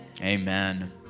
Amen